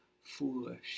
foolish